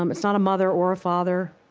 um it's not a mother or a father.